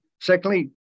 Secondly